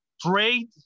trade